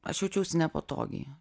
aš jaučiausi nepatogiai